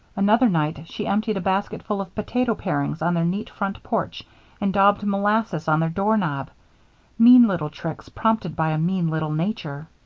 another night she emptied a basketful of potato parings on their neat front porch and daubed molasses on their doorknob mean little tricks prompted by a mean little nature.